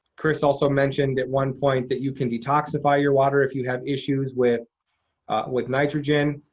kris also mentioned at one point that you can detoxify your water if you have issues with with nitrogen.